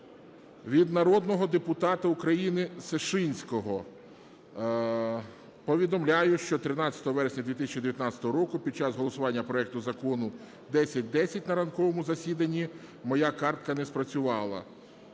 Від народного депутата України ………….. Повідомляю, що 13 вересня 2019 року під час голосування проекту Закону 1010 на ранковому засіданні моя картка не спрацювала.